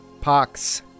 Pox